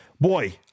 boy